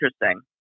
interesting